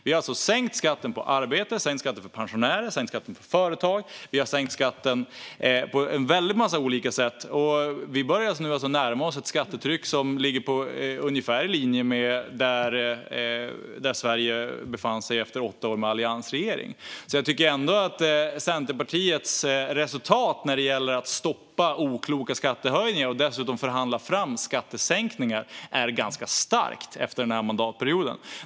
Vi har alltså sänkt skatten på arbete, sänkt skatten för pensionärer och sänkt skatten för företag. Vi har alltså sänkt skatten på många sätt, och nu börjar vi närma oss ett skattetryck som ligger ungefär i linje med var Sverige befann sig efter åtta år med en alliansregering. Jag tycker ändå att Centerpartiets resultat när det gäller att stoppa okloka skattehöjningar och dessutom förhandla fram skattesänkningar är ganska starkt efter denna mandatperiod.